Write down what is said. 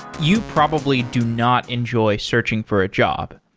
you probably do not enjoy searching for a job.